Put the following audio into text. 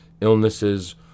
illnesses